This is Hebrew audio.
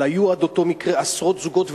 אבל היו עד אותו מקרה עשרות זוגות,